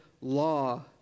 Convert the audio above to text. law